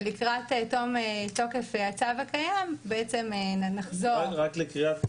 ולקראת תום תוקף הצו הקיים נחזור --- רק לקריאת כיוון,